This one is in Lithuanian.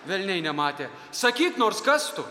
velniai nematė sakyk nors kas tu